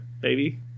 baby